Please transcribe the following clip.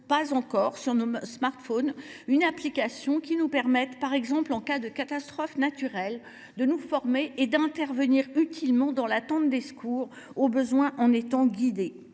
pas encore sur nos smartphones une application qui nous permette, par exemple en cas de catastrophe naturelle, de nous former et d’intervenir utilement dans l’attente des secours, éventuellement en étant guidés